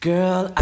Girl